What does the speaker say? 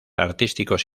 artísticos